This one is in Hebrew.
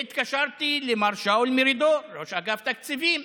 והתקשרתי למר שאול מרידור, ראש אגף התקציבים,